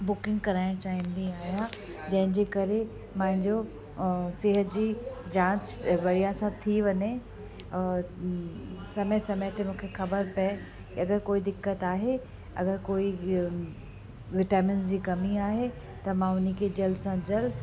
booking कराइणु चाहींदी आहियां जंहिंजे करे मुंहिंजो ऐं सिहत जी जाच बढ़िया सां थी वञे और समय समय ते मूंखे ख़बरु पए अगरि कोई दिक़त आहे अगरि कोई विटामिंस जी कमी आहे त मां उन खे जल्द सां जल्द